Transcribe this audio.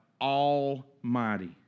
Almighty